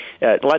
let